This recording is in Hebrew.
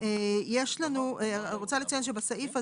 אני רוצה לציין שבסעיף הזה,